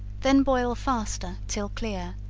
then boil faster, till clear,